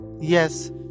Yes